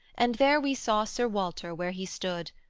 and there we saw sir walter where he stood,